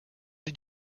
did